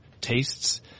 tastes